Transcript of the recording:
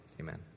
Amen